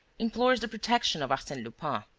implores the protection of arsene lupin.